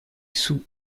sous